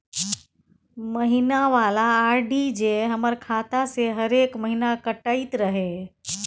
महीना वाला आर.डी जे हमर खाता से हरेक महीना कटैत रहे?